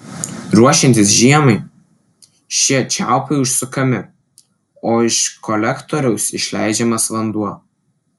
ruošiantis žiemai šie čiaupai užsukami o iš kolektoriaus išleidžiamas vanduo